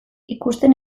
ikusten